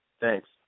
Thanks